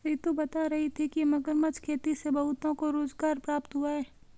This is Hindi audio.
रितु बता रही थी कि मगरमच्छ खेती से बहुतों को रोजगार प्राप्त हुआ है